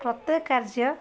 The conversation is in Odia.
ପ୍ରତ୍ୟେକ କାର୍ଯ୍ୟ